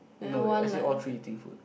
you know I see all three eating fruit